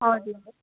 हजुर